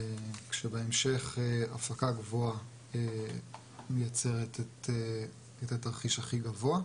כשבהמשך הפקה גבוהה מייצרת את התרחיש הכי גבוה.